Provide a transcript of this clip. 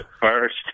first